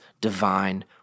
divine